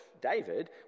David